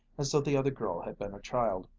as though the other girl had been a child.